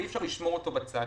ואי-אפשר לשמור אותו בצד.